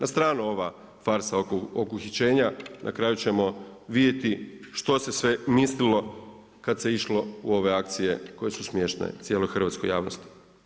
Na stranu ova farsa oko uhićenja, na kraju ćemo vidjeti što se sve mislilo kada se išlo u ove akcije koje su smiješne cijeloj hrvatskoj javnosti.